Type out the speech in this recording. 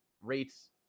rates